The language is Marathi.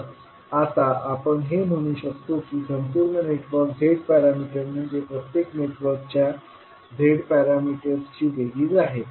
तर आता आपण हे म्हणू शकतो की संपूर्ण नेटवर्कचे z पॅरामीटर्स म्हणजे प्रत्येक नेटवर्कच्या z पॅरामीटर्स ची बेरीज आहे